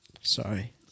Sorry